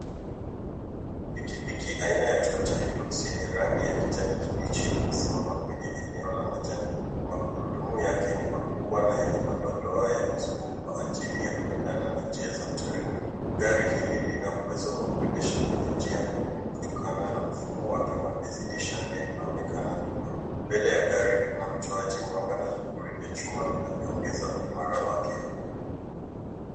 Pikipiki aina ya (cs)Toyota Hilux(cs) yenye rangi ya kijani kibichi imesimama kwenye eneo la majani. Magurudumu yake ni makubwa na yenye madoadoa ya mizunguko kwa ajili ya kuendana na njia za mteremko. Gari hili lina uwezo wa kuendeshwa kwenye njia ngumu kutokana na mfumo wake wa nezidi shane unaonekana nyuma. Mbele ya gari kuna mtoaji mwanga na vipuri vya chuma inyoongeza uimara wake.